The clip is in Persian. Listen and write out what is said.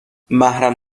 محرم